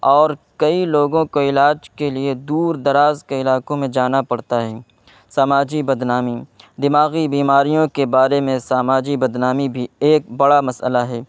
اور کئی لوگوں کو علاج کے لیے دور دراز کے علاقوں میں جانا پڑتا ہے سماجی بدنامی دماغی بیماریوں کے بارے میں ساماجی بدنامی بھی ایک بڑا مسئلہ ہے